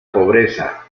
pobreza